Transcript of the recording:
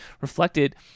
reflected